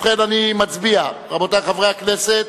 אני מצביע, רבותי חברי הכנסת,